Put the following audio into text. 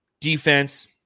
defense